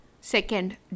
Second